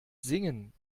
singen